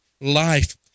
life